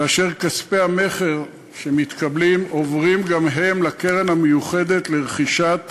וכספי המכר שמתקבלים עוברים גם הם לקרן המיוחדת לרכישת